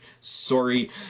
Sorry